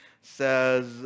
says